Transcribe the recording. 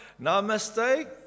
namaste